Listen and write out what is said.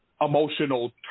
emotional